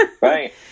Right